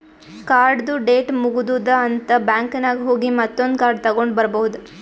ಕಾರ್ಡ್ದು ಡೇಟ್ ಮುಗದೂದ್ ಅಂತ್ ಬ್ಯಾಂಕ್ ನಾಗ್ ಹೋಗಿ ಮತ್ತೊಂದ್ ಕಾರ್ಡ್ ತಗೊಂಡ್ ಬರ್ಬಹುದ್